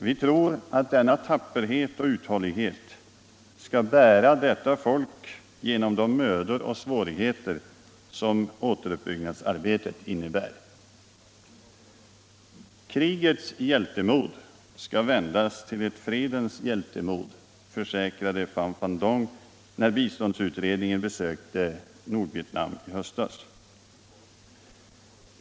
Vi tror att denna tapperhet och uthållighet skall bära detta folk genom de mödor och svårigheter som återuppbyggnadsarbetet innebär. ”Krigets hjältemod skall vändas till ett fredens hjältemod”, försäkrade Pham van Dong när biståndsutredningen besökte Nordvietnam i höstas.